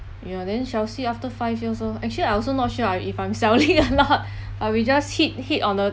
you know then shall see after five years lor actually I also not sure if I'm selling or not uh we just hit hit on the